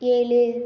ஏழு